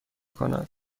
کند